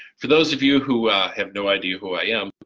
for those of you who have no idea who i am,